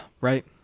Right